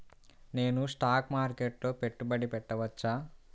నేను స్టాక్ మార్కెట్లో పెట్టుబడి పెట్టవచ్చా?